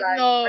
no